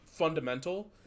fundamental